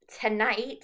Tonight